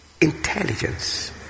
Intelligence